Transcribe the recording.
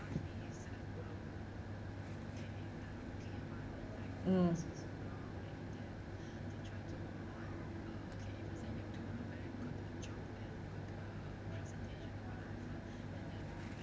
mm